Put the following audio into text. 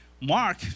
Mark